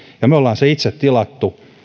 me olemme sen itse tilanneet